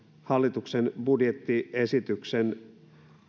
hallituksen budjettiesityksen